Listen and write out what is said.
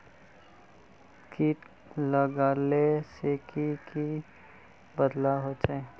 किट लगाले से की की बदलाव होचए?